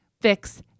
fix